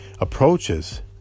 approaches